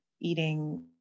eating